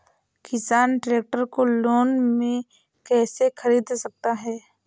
किसान ट्रैक्टर को लोन में कैसे ख़रीद सकता है?